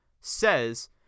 says